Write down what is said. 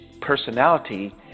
personality